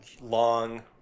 long